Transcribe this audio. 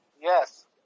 Yes